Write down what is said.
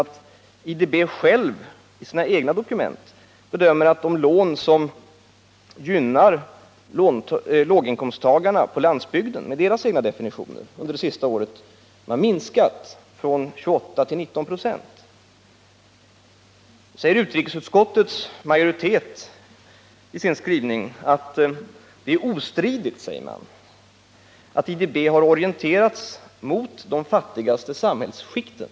IDB bedömer själv i sina egna dokument att de lån som gynnar låginkomsttagarna på landsbygden — med deras egna definitioner — det senaste året har minskat från 28 till 19 96. Nu säger utrikesutskottets majoritet i sin skrivning att det är ostridigt att IDB har orienterat sig mot de fattigaste samhällsskikten.